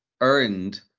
earned